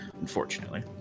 unfortunately